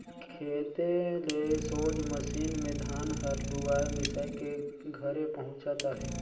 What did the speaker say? खेते ले सोझ मसीन मे धान हर लुवाए मिसाए के घरे पहुचत अहे